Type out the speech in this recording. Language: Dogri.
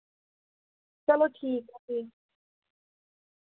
चलो ठीक ऐ फ्ही